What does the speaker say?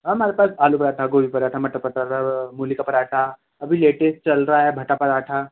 ma'am हमारे पास आलू पराँठा गोभी पराँठा मटर पटारर मूली का पराँठा अभी लेटेस्ट चल रहा है भट्टा पराठा